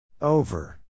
Over